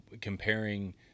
comparing